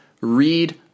read